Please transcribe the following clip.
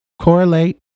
correlate